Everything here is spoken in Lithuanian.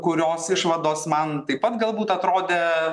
kurios išvados man taip pat galbūt atrodė